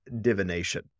divination